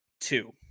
two